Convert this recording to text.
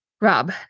Rob